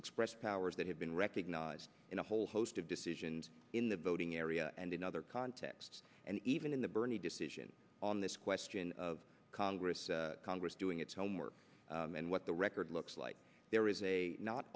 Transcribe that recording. expressed powers that have been recognized in a whole host of decisions in the voting area and in other contexts and even in the bernie decision on this question of congress congress doing its homework and what the record looks like there is a not